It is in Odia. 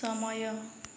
ସମୟ